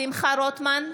שמחה רוטמן,